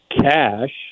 cash